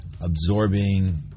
Absorbing